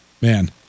man